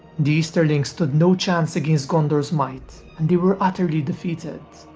the easterlings stood no chance against gondor's might and they were utterly defeated,